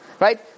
Right